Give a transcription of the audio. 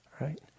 right